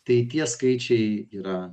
tai tie skaičiai yra